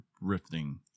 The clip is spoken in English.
rifting